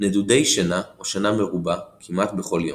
נדודי שינה או שינה מרובה כמעט בכל יום.